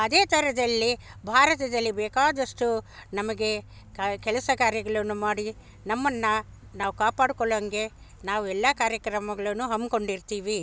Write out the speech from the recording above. ಅದೇ ಥರದಲ್ಲಿ ಭಾರತದಲ್ಲಿ ಬೇಕಾದಷ್ಟು ನಮಗೆ ಕೆಲಸ ಕಾರ್ಯಗಳುನ್ನು ಮಾಡಿ ನಮ್ಮನ್ನ ನಾವು ಕಾಪಾಡ್ಕೊಳ್ಳೊಂಗೆ ನಾವು ಎಲ್ಲ ಕಾರ್ಯಕ್ರಮಗ್ಳನ್ನು ಹಮ್ಮಿಕೊಂಡಿರ್ತಿವಿ